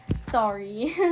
Sorry